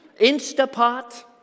Instapot